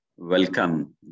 Welcome